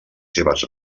seves